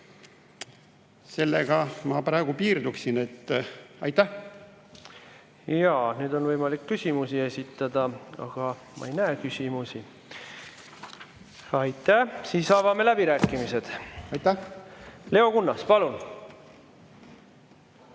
Sellega ma praegu piirduksin. Aitäh! Jaa. Nüüd on võimalik küsimusi esitada, aga ma ei näe küsimusi. Aitäh! Siis avame läbirääkimised. Leo Kunnas, palun!